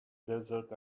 desert